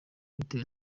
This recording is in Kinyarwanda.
bitewe